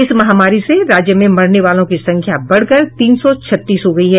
इस महामारी से राज्य में मरने वालों की संख्या बढ़कर तीन सौ छत्तीस हो गयी है